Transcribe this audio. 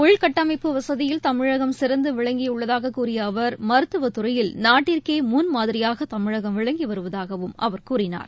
உள்கட்டமைப்பு வசதியில் தமிழகம் சிறந்த விளங்கியுள்ளதாக கூறிய அவர் மருத்துவத் துறையில் நாட்டிற்கே முன்மாதிரியாக தமிழகம் விளங்கி வருவதாகவும் அவர் கூறினார்